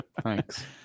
thanks